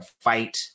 fight